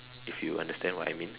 if you understand what I mean